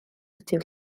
ydyw